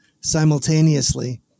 simultaneously